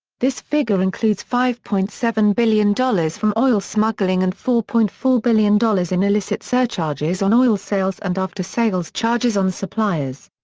this figure includes five point seven billion dollars from oil smuggling and four point four billion dollars in illicit surcharges on oil sales and after-sales charges on suppliers.